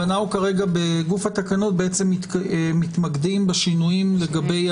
אנו כרגע בגוף התקנות מתמקדים בשינויים לגבי